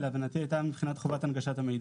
להבנתי היא הייתה מבחינת חובת הנגשת המידע.